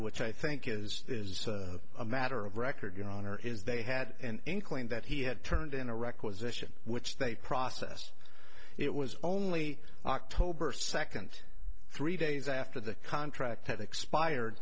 which i think is is a matter of record your honor is they had an inkling that he had turned in a requisition which they process it was only october second three days after the contract had expire